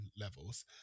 levels